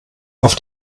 auf